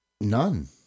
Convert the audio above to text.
None